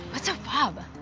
what's a fob?